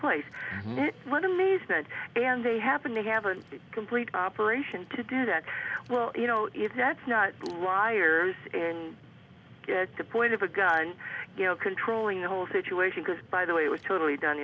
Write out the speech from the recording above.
place one amazement and they happen to have a complete operation to do that well you know if that's not why or in the point of a gun you know controlling the whole situation because by the way it was totally done